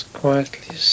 quietly